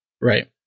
Right